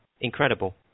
incredible